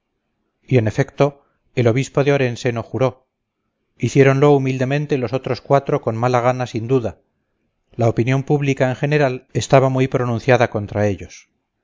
y en efecto el obispo de orense no juró hiciéronlo humildemente los otros cuatro con mala gana sin duda la opinión pública en general estaba muy pronunciada contra ellos